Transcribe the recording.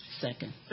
second